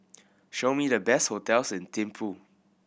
show me the best hotels in Thimphu